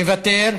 מוותר.